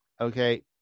okay